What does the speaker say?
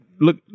look